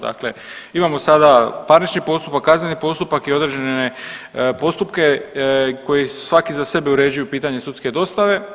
Dakle, imamo sada parnični postupak, kazneni postupak i određene postupke koje svaki za sebe uređuju pitanje sudske dostave.